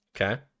Okay